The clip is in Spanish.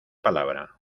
palabra